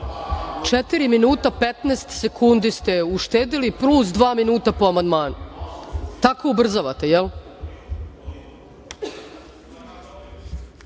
minuta i 15 sekundi ste uštedeli, plus dva minuta po amandmanu. Tako ubrzavate,